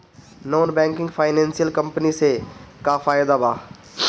Non banking financial company से का फायदा बा?